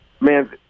man